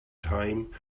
time